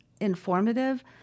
informative